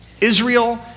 Israel